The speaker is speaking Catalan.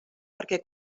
perquè